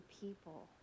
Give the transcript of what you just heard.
people